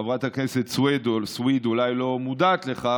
חברת הכנסת סויד אולי לא מודעת לכך,